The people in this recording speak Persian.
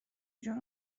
جور